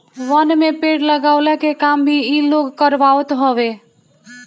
वन में पेड़ लगवला के काम भी इ लोग करवावत हवे